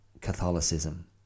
Catholicism